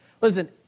Listen